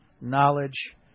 knowledge